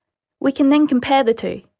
we can then compare the two.